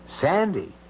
Sandy